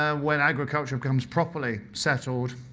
ah when agriculture becomes properly settled,